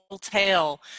tale